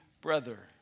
brother